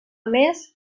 més